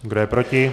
Kdo je proti?